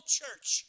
church